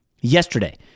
yesterday